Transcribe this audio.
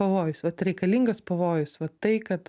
pavojus vat reikalingas pavojus vat tai kad